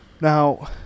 Now